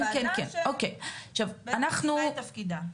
הוועדה בעצם סיימה את תפקידה.